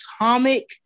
atomic